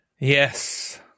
Yes